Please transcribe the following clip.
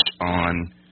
on